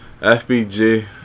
FBG